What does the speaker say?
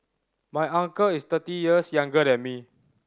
my uncle is thirty years younger than me